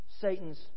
Satan's